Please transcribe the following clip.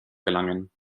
gelangen